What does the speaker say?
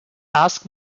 ask